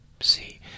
See